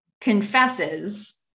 confesses